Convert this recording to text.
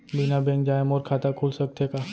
बिना बैंक जाए मोर खाता खुल सकथे का?